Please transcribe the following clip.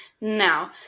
Now